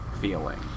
feeling